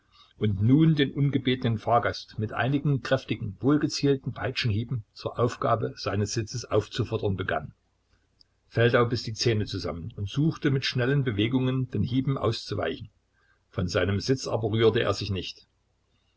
und nun den ungebetenen fahrgast mit einigen kräftigen wohlgezielten peitschenhieben zur aufgabe seines sitzes aufzufordern begann feldau biß die zähne zusammen und suchte mit schnellen bewegungen den hieben auszuweichen von seinem sitz aber rührte er sich nicht